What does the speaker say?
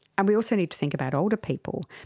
and we also need to think about older people.